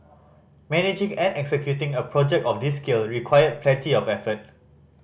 managing and executing a project of this scale required plenty of effort